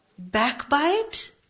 backbite